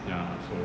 ya so